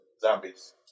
zombies